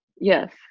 Yes